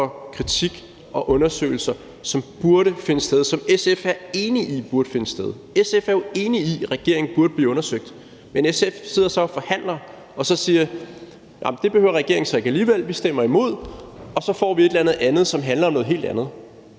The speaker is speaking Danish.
kritik og undersøgelser, som burde finde sted, og som SF er enig i burde finde sted. SF er jo enig i, at regeringen burde blive undersøgt, men SF sidder så og forhandler og siger: Det behøver regeringen så ikke at blive alligevel – vi stemmer imod. Så får vi et eller andet, som handler om noget helt andet.